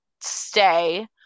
stay